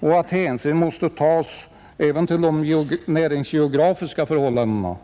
och att hänsyn måste tas även till de näringsgeografiska förhållandena.